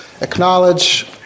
acknowledge